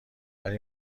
ولی